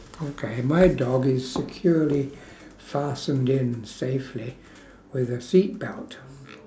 okay my dog is securely fastened in safely with a seat belt